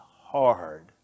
hard